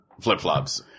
flip-flops